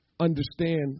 understand